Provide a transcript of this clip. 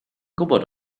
gwybod